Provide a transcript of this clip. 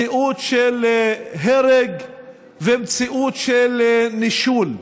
מציאות של הרג ומציאות של נישול.